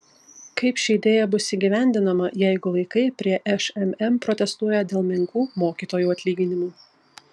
kaip ši idėja bus įgyvendinama jeigu vaikai prie šmm protestuoja dėl menkų mokytojų atlyginimų